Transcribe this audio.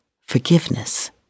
forgiveness